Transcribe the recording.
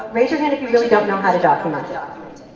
raise your hand if you really don't know how to document. so